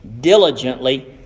diligently